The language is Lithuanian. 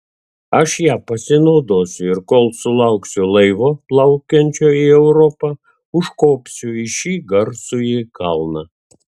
aš ja pasinaudosiu ir kol sulauksiu laivo plaukiančio į europą užkopsiu į šį garsųjį kalną